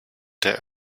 der